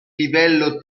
livello